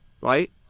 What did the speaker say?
Right